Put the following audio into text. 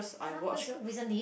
!huh! weeks ago recently